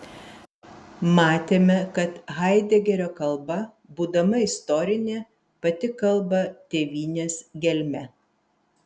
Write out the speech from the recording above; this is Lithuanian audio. matėme kad haidegerio kalba būdama istorinė pati kalba tėvynės gelme